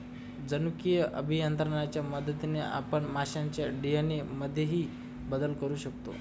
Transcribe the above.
जनुकीय अभियांत्रिकीच्या मदतीने आपण माशांच्या डी.एन.ए मध्येही बदल करू शकतो